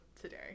today